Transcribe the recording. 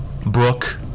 Brooke